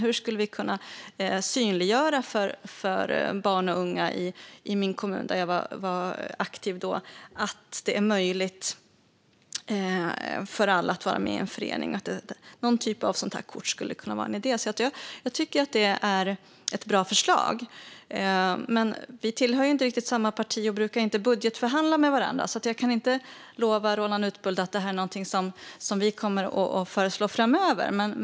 Hur skulle vi kunna synliggöra för barn och unga i den kommun där jag var aktiv då att det är möjligt för alla att vara med i en förening? Vi tänkte att någon sådan typ av kort skulle kunna vara en idé. Jag tycker att det är ett bra förslag. Men vi tillhör inte samma parti och brukar inte budgetförhandla med varandra. Jag kan därför inte lova Roland Utbult att detta är någonting som vi kommer att föreslå framöver.